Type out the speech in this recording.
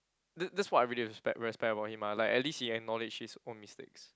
that's that's what I really respect respect about him ah like at least he acknowledged his own mistakes